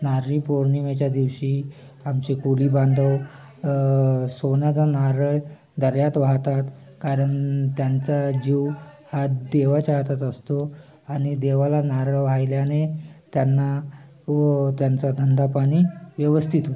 नारळी पौर्णिमेच्या दिवशी आमचे कोळी बांधव आह सोन्याचा नारळ दर्यात वाहतात कारण त्यांचा जीव हा देवाच्या हातात असतो आणि देवाला नारळ वाहिल्याने त्यांना व त्यांचा धंदा पाणी व्यवस्थित होतो